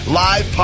live